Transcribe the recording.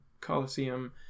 Colosseum